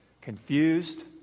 confused